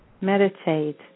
meditate